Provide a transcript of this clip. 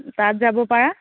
তাত যাব পাৰা